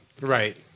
Right